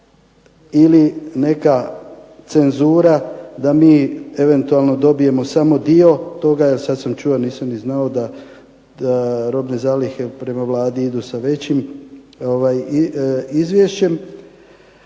ili neka cenzura da mi eventualno dobijemo samo dio toga jer sad sam čuo, nisam ni znao da robne zalihe prema Vladi idu sa većim izvješćem